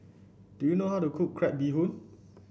do you know how to cook Crab Bee Hoon